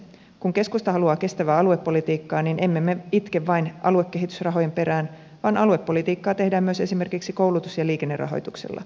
kun keskusta haluaa kestävää aluepolitiikkaa emme me itke vain aluekehitysrahojen perään vaan aluepolitiikkaa tehdään myös esimerkiksi koulutus ja liikennerahoituksella